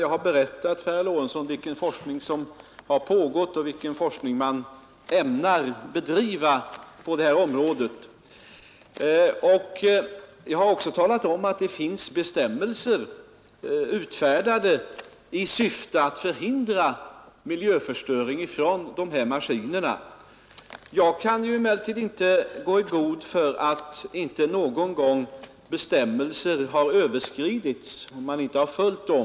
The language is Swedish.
Jag har berättat för herr Lorentzon vilken forskning som har pågått och vilken forskning man ämnar bedriva på det här området, och jag har också talat om, att det finns bestämmelser utfärdade i syfte att förhindra miljöförstöring genom de här maskinerna. Jag kan emellertid inte gå i god för att inte någon gång bestämmelserna har överskridits och man alltså inte har följt dem.